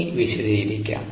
ഇനി വിശദീകരിക്കാം